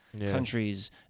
countries